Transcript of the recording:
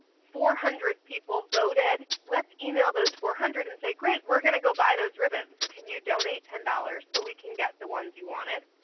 four hundred people voted. let's email those four hundred and say, great. we're going to go buy those ribbons. can you donate ten dollars so we can get the ones you wanted?